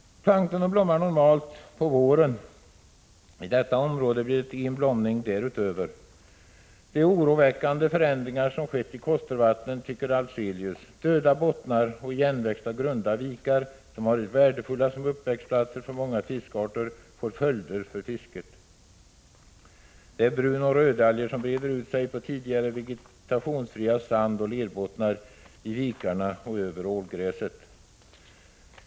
Plankton blommar normalt på våren. I detta område blir det en blomning därutöver. Det är oroväckande förändringar som skett i Kostervattnen, tycker Afzelius. Döda bottnar och igenväxta grunda vikar, som varit värdefulla som uppväxtplatser för många fiskarter, får följder för fisket. Det är brunoch rödalger som breder ut sig på tidigare vegetationsfria sandoch lerbottnar i vikarna och över ålgräset.